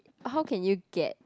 how can you get